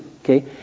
Okay